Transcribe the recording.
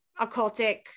occultic